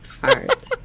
heart